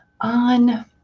on